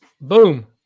Boom